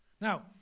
Now